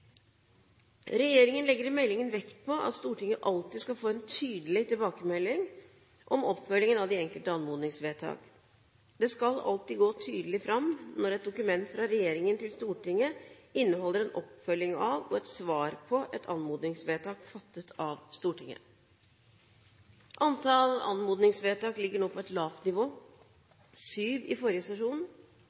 Regjeringen legger i meldingen vekt på at Stortinget alltid skal få en tydelig tilbakemelding om oppfølgingen av de enkelte anmodningsvedtak. Det skal alltid gå tydelig fram når et dokument fra regjeringen til Stortinget inneholder en oppfølging av og et svar på et anmodningsvedtak fattet av Stortinget. Antall anmodningsvedtak ligger nå på et lavt nivå, sju i forrige sesjon,